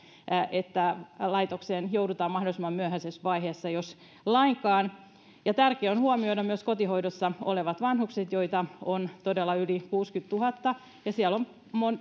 että laitokseen joudutaan mahdollisimman myöhäisessä vaiheessa jos lainkaan tärkeää on huomioida myös kotihoidossa olevat vanhukset joita on todella yli kuudennellakymmenennellätuhannennella siellä on